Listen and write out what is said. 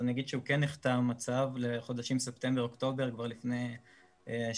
אז אני אגיד שהוא נחתם לחודשים ספטמבר-אוקטובר כבר לפני שבוע